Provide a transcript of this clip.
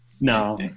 No